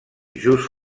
just